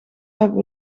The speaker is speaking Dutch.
hebben